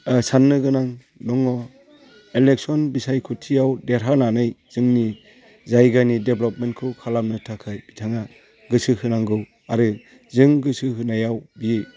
साननो गोनां दङ एलेक्शन बिसायख'थियाव देरहानानै जों जायगानि डेभेलपमेन्टखौ खालामनो थाखाय बिथाङा गोसो होनांगौ आरो जों गोसो होनायाव बे